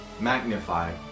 magnify